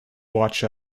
watch